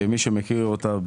מי שמכיר אותה,